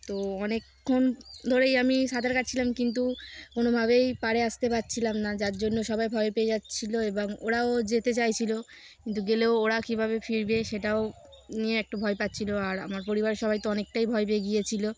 তো অনেকক্ষণ ধরেই আমি সাঁতার কাটছিলাম কিন্তু কোনোভাবেই পাড়ে আসতে পারছিলাম না যার জন্য সবাই ভয় পেয়ে যাচ্ছিল এবং ওরাও যেতে চাইছিল কিন্তু গেলে ওরা কীভাবে ফিরবে সেটাও নিয়ে একটু ভয় পাচ্ছিল আর আমার পরিবারের সবাই তো অনেকটাই ভয় পেয়ে গিয়েছিল